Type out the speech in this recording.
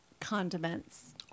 Condiments